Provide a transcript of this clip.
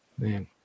man